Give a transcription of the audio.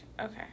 Okay